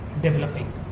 Developing